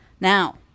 now